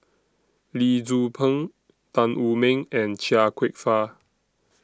Lee Tzu Pheng Tan Wu Meng and Chia Kwek Fah